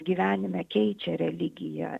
gyvenime keičia religiją